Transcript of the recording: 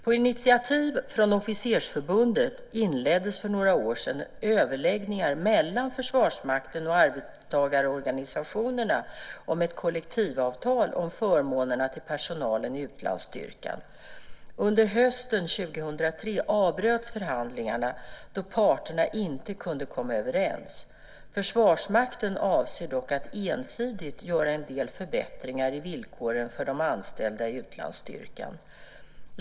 På initiativ från Officersförbundet inleddes för några år sedan överläggningar mellan Försvarsmakten och arbetstagarorganisationerna om ett kollektivavtal om förmånerna till personalen i utlandsstyrkan. Under hösten 2003 avbröts förhandlingarna då parterna inte kunde komma överens. Försvarsmakten avser dock att ensidigt göra en del förbättringar i villkoren för de anställda i utlandsstyrkan.